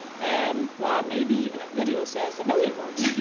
um well ah maybe even a video says a billion words.